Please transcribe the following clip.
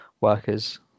workers